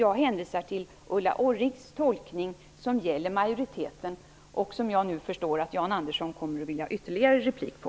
Jag hänvisar till Ulla Orrings tolkning, som gäller majoriteten och som jag nu förstår att Jan Andersson kommer att vilja ha ytterligare replik på.